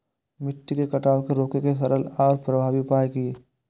मिट्टी के कटाव के रोके के सरल आर प्रभावी उपाय की?